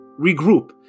regroup